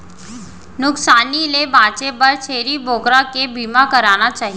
नुकसानी ले बांचे बर छेरी बोकरा के बीमा कराना चाही